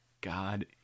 God